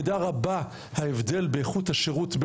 הראשונה והמרכזית זה דווקא מוקד השירות,